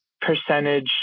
percentage